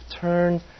turn